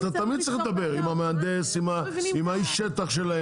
אתה תמיד צריך לדבר עם המהנדס, עם איש השטח שלהם.